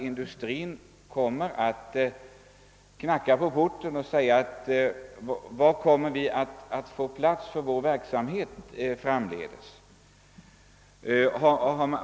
Industrin kommer nämligen att knacka på dörren och säga: Var skall vi få plats med vår verksamhet i framtiden?